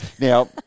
Now